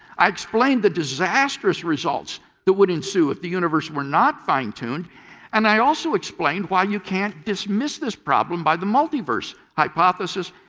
i explained the disastrous results that would ensue if the universe were not fine-tuned and i also explained you can't dismiss this problem by the multiverse hypothesis.